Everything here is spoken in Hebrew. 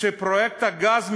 שפרויקט הגז,